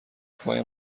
پای